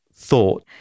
thought